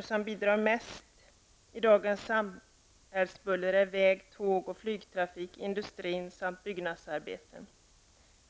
som mest bidrar till dagens samhällsbuller är väg-, tåg och flygtrafik, industrin samt byggnadsarbeten.